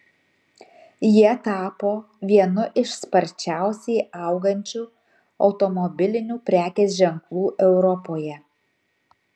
jie tapo vienu iš sparčiausiai augančių automobilinių prekės ženklų europoje